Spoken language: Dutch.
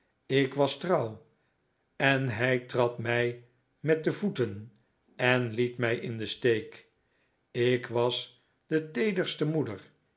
ik was trouw en hij trad mij met voeten en liet mij in den steek ik was de teederste moeder